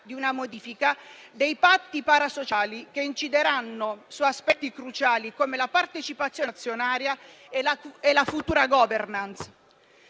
di una modifica dei patti parasociali, che incideranno su aspetti cruciali quali la partecipazione azionaria e la futura *governance*.